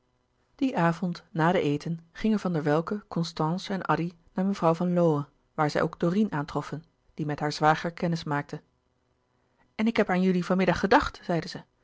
dien avond na den eten gingen van der welcke constance en addy naar mevrouw van lowe waar zij ook dorine aantroffen die met haar zwager kennis maakte en ik heb aan jullie van middag gedacht zeide zij